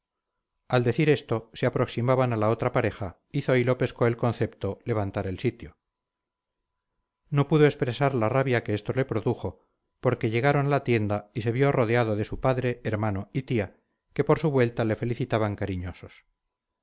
al decir esto se aproximaban a la otra pareja y zoilo pescó el concepto levantar el sitio no pudo expresar la rabia que esto le produjo porque llegaron a la tienda y se vio rodeado de su padre hermano y tía que por su vuelta le felicitaban cariñosos